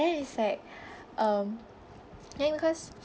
then it's like um then because